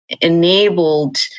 enabled